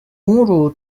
nkuru